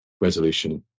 resolution